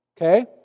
Okay